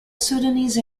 sudanese